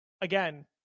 again